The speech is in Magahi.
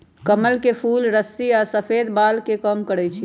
कमल के फूल रुस्सी आ सफेद बाल के कम करई छई